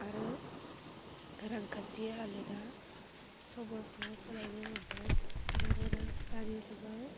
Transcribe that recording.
आरो रांखान्थि हालोदा समाजआव सोलायनो हमबाय मानोना दानि जुगाव